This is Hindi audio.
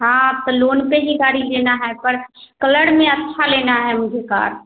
हाँ पर लोन पर ही गाड़ी लेना है पर कलड़ में अच्छी लेनी है मुझे कार